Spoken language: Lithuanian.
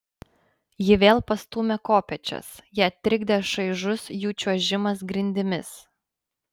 ji vėl pastūmė kopėčias ją trikdė šaižus jų čiuožimas grindimis